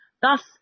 Thus